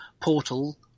Portal